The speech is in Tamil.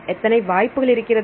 எத்தனை வாய்ப்புகள் இருக்கிறது